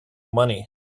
money